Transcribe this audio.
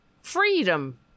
Freedom